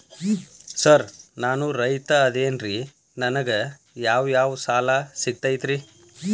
Sir ನಾನು ರೈತ ಅದೆನ್ರಿ ನನಗ ಯಾವ್ ಯಾವ್ ಸಾಲಾ ಸಿಗ್ತೈತ್ರಿ?